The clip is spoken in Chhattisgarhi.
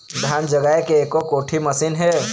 धान जगाए के एको कोठी मशीन हे?